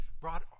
brought